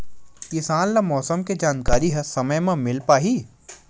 किसान ल मौसम के जानकारी ह समय म मिल पाही?